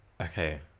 Okay